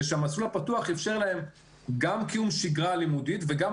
ושהמסלול הפתוח אפשר להם גם קיום שגרה לימודית וגם